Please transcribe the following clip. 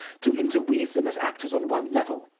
to interweave them as actors on one level,